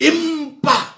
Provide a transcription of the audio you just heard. Impa